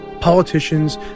Politicians